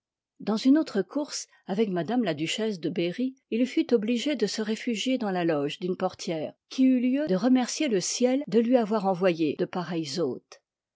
dans une autre course avec mtm la duchesse de berry il fut oblige de se réfugier dans la loge d'une portière qui eut lieu de remercier le ciel de lui avoir envoyé de pareils hôtes